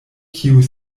kiuj